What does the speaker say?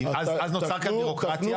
כי אז נוצר כאן בירוקרטיה.